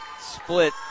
Split